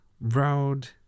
road